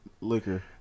liquor